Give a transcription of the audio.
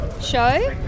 show